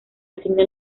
asigna